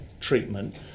treatment